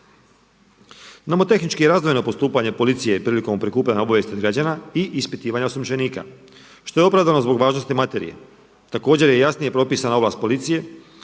nomotehnički razdvojeno postupanje policije prilikom prikupljanja obavijesti od građana i ispitivanje osumnjičenika što je opravdano zbog važnosti materije. Također je jasnije propisana ovlast policije